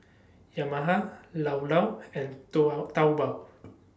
Yamaha Llao Llao and Taobao